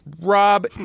Rob